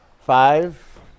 five